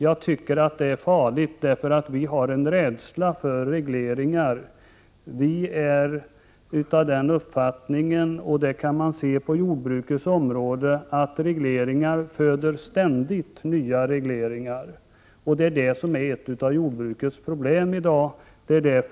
Jag tycker att det är farligt — vi har i folkpartiet en rädsla för 16 november 1988 regleringar. Vi har den uppfattningen att regleringar föder ständigt nya Juan sog regleringar. Det kan man se på jordbruksområdet, och det är ett av jordbrukets problem i dag.